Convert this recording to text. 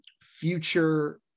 future